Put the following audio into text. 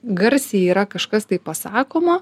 garsiai yra kažkas tai pasakoma